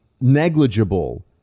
negligible